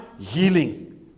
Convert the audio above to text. healing